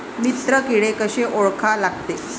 मित्र किडे कशे ओळखा लागते?